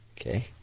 Okay